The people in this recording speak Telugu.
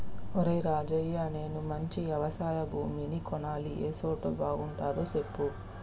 ఒరేయ్ రాజయ్య నేను మంచి యవశయ భూమిని కొనాలి ఏ సోటు బాగుంటదో సెప్పు